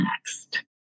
next